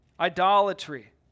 Idolatry